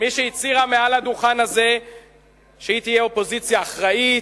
איזה שטויות מי שהצהירה מעל הדוכן הזה שהיא תהיה אופוזיציה אחראית,